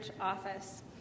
office